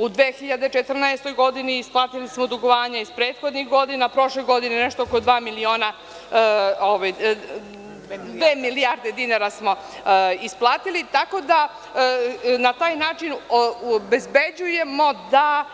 U 2014. godini isplatili smo dugovanje iz prethodnih godina, prošle godine nešto oko dva milijarde dinara smo isplatili, tako da na taj način obezbeđujemo da